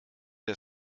der